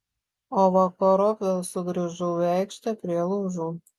o vakarop vėl sugrįžau į aikštę prie laužų